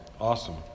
Awesome